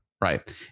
right